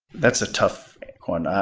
that's a tough one.